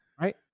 Right